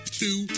two